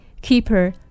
Keeper